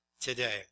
today